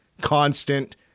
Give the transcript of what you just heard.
constant